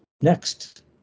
next